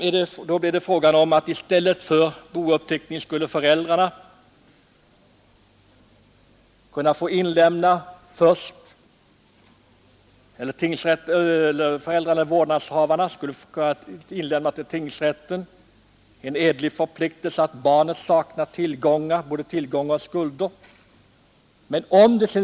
I stället för bouppteckning skulle föräldrarna eller vårdnadshavarna till tingsrätten inlämna en edlig förpliktelse att barnet saknar både tillgångar och skulder.